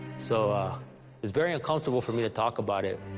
so it's very uncomfortable for me to talk about it.